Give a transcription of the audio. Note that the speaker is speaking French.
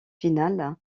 finale